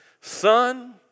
Son